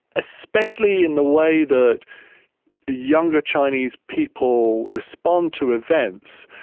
especially in the way that younger chinese people respond to events,